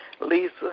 Lisa